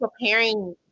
preparing